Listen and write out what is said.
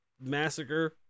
massacre